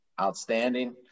outstanding